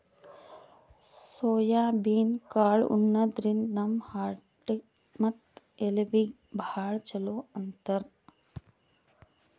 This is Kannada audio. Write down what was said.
ಸೋಯಾಬೀನ್ ಕಾಳ್ ಉಣಾದ್ರಿನ್ದ ನಮ್ ಹಾರ್ಟ್ ಮತ್ತ್ ಎಲಬೀಗಿ ಭಾಳ್ ಛಲೋ ಅಂತಾರ್